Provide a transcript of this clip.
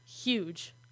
huge